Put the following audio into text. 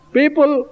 people